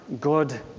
God